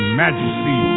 majesty